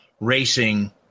racing